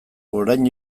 orain